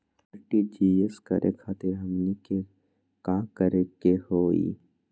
RTGS करे खातीर हमनी के का करे के हो ई?